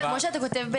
כמו שאתה כותב,